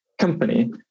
company